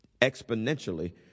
exponentially